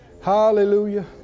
Hallelujah